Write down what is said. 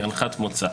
כהנחת מוצא.